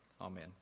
amen